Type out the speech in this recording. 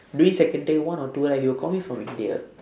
during seconday one or two right he will call me from india